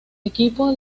equipo